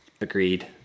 Agreed